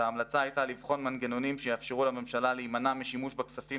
וההמלצה הייתה לבחון מנגנונים שיאפשרו לממשלה להימנע משימוש בכספים